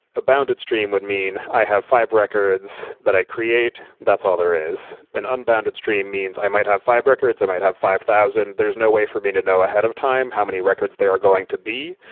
abounded stream would mean i have five records that i create. that's all there is. an unbounded stream means i might have five records. i might have five thousand. there is no way for me to know ahead of time how many records there are going to be.